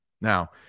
now